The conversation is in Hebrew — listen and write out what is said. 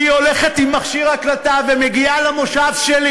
והיא הולכת עם מכשיר הקלטה ומגיעה למושב שלי